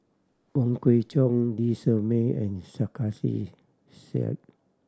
Wong Kwei Cheong Lee Shermay and Sarkasi Said